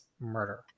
murder